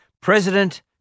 President